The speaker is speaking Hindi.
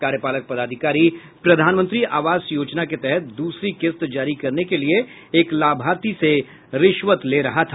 कार्यपालक पदाधिकारी प्रधानमंत्री आवास योजना के तहत दूसरी किस्त जारी करने के लिए एक लाभार्थी से रिश्वत ले रहा था